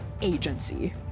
agency